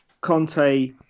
Conte